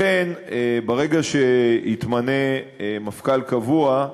לכן, ברגע שיתמנה מפכ"ל קבוע,